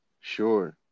Sure